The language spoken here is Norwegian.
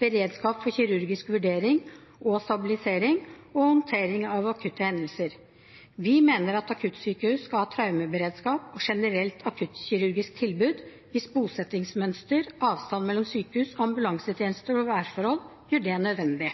beredskap for kirurgisk vurdering og stabilisering, og håndtering av akutte hendelser. Vi mener at akuttsykehus skal ha traumeberedskap og generelt akuttkirurgisk tilbud hvis bosettingsmønster, avstand mellom sykehus, ambulansetjenester og